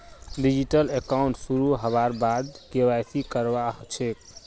digital account शुरू हबार बाद के.वाई.सी करवा ह छेक